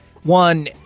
one